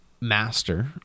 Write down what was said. master